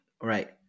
Right